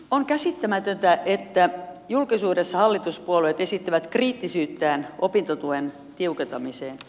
on käsittämätöntä että julkisuudessa hallituspuolueet esittävät kriittisyyttään opintotuen tiukentamiseen